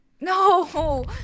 No